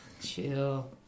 Chill